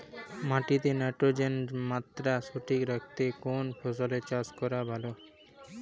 মাটিতে নাইট্রোজেনের মাত্রা সঠিক রাখতে কোন ফসলের চাষ করা ভালো?